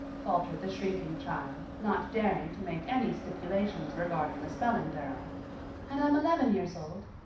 faltered the shrinking child, not daring to make any stipulations regarding the spelling thereof, and i'm eleven years old.